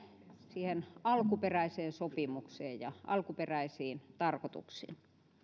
siihen alkuperäiseen sopimukseen ja alkuperäisiin tarkoituksiin